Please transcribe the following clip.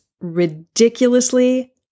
ridiculously